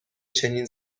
چنین